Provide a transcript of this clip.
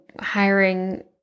hiring